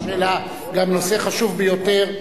שהעלה נושא חשוב ביותר,